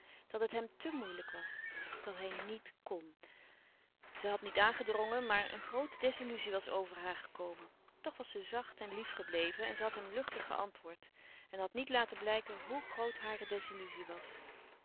dat het hem te moeilijk was dat hij niet kon zij had niet aangedrongen maar een groote desilluzie was over haar gekomen toch was ze zacht en lief gebleven en ze had hem luchtig geantwoord en had niet laten blijken hoè groot hare desilluzie was